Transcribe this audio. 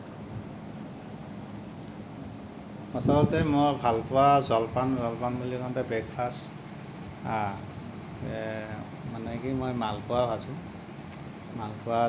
আচলতে মই ভালপোৱা জলপান জলপান বুলি কওঁতে ব্ৰেকফাষ্ট মানে কি মই মালপোৱা ভাজোঁ